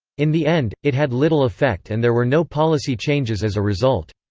in the end, it had little effect and there were no policy changes as a result.